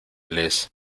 les